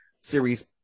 series